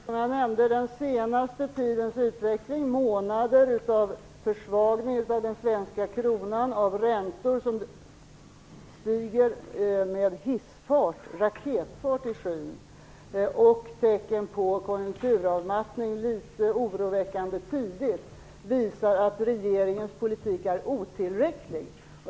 Herr talman! Jag nämnde den senaste tidens utveckling. Månader av försvagning av den svenska kronan, räntor som stiger med raketfart upp i skyn och tecken på konjunkturavmattning litet oroväckande tidigt, visar att regeringens politik är otillräcklig.